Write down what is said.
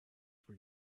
were